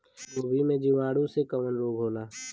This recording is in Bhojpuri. गोभी में जीवाणु से कवन रोग होला?